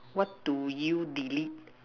what do you delete